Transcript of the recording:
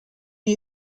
new